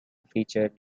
featured